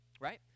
right